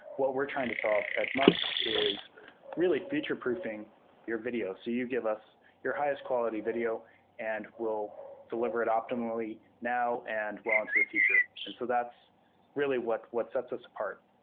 what we're trying to solve at mux is really feature-proofing your video. so you'd give us your highest quality video and we'll deliver it optimally now and well into the future. and so that's really what what sets us apart.